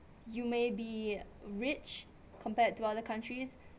you may be rich compared to other countries